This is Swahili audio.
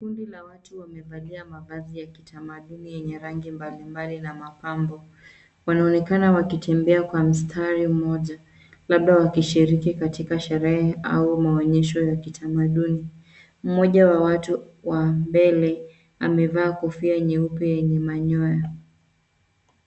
Kundi la watu wamevalia mavazi ya kitamaduni yenye rangi mbalimbali na mapambo. Wanaonekana wakitembea kwa mstari mmoja, labda wakishiriki katika sherehe au maonyesho ya kitamaduni. Mmoja wa watu wa mbele amevaa kofia nyeupe yenye manyoya.